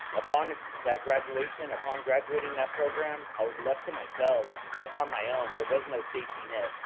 upon that graduation, upon graduating that program, i was left to myself. i was left on my own. there was no safety net.